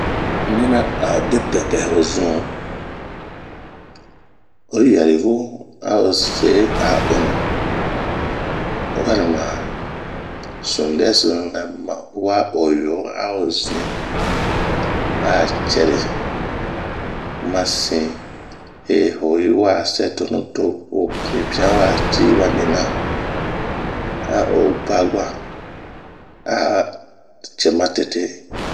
oyi mina a ode pɛpɛ ozun, oyi yari vo a'ose aonu, warima sunu dɛso a oyowa a ozin a cɛri masin hee hoyiwa sɛ tonu to ho pipian wa cii ba nina. a o guagua a o cɛmatete